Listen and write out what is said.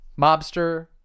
mobster